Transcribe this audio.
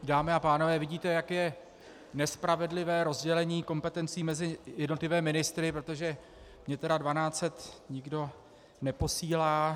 Dámy a pánové, vidíte, jak je nespravedlivé rozdělení kompetencí mezi jednotlivé ministry, protože mně tedy dvanáct set nikdo neposílá.